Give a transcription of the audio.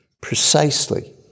precisely